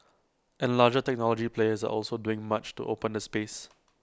and larger technology players are also doing much to open the space